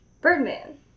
Birdman